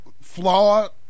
flawed